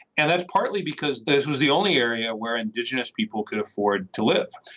and that's partly because this was the only area where indigenous people could afford to live.